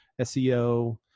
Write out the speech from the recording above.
SEO